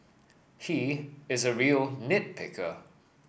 he is a real nit picker